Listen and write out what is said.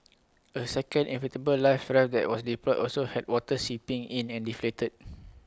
A second inflatable life raft that was deployed also had water seeping in and deflated